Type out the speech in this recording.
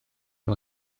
nhw